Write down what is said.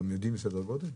אתם יודעים סדר גודל?